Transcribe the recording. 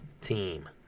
team